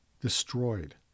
destroyed